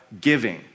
giving